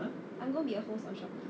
I'm gonna be a whole social